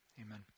amen